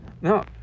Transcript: No